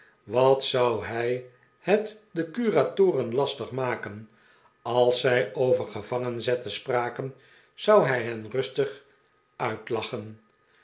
wat zou hij het den curatoren lastig maken als zij over gevangenzetten spraken zou hij hen rustig uitlachen